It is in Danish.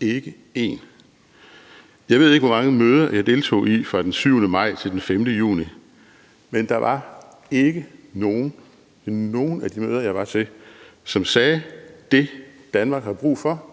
ikke én. Jeg ved ikke, hvor mange møder jeg deltog i fra den 7. maj til den 5. juni, men der var ikke nogen ved nogen af de møder, jeg var til, som sagde: Det, Danmark har brug for,